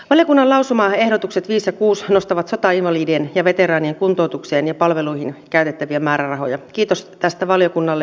valiokunnan lausumaehdotukset viisi kuusi nostavat sotainvalidien ja veteraanien kuntoutukseen ja palveluihin käytettäviä määrärahoja kiitos tästä valiokunnalle